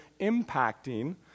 impacting